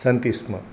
सन्ति स्म